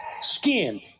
skin